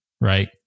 Right